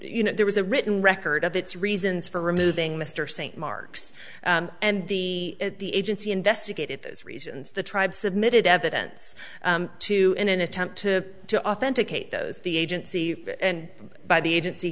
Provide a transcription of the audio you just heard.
you know there was a written record of its reasons for removing mr st marks and the at the agency investigated those reasons the tribe submitted evidence to in an attempt to to authenticate those the agency and by the agency